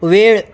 वेळ